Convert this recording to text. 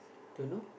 don't know